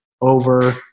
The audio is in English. over